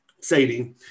Sadie